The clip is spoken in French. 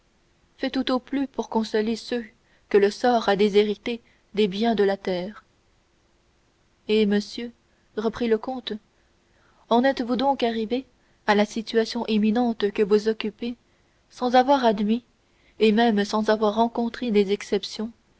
faits tout au plus pour consoler ceux que le sort a déshérités des biens de la terre eh monsieur reprit le comte en êtes-vous donc arrivé à la situation éminente que vous occupez sans avoir admis et même sans avoir rencontré des exceptions